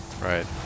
right